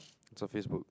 it's on Facebook